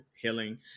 healing